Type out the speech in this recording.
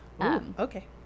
okay